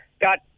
got